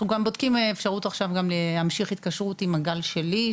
אנחנו בודקים אפשרות עכשיו להמשיך התקשרות עם הגל שלי,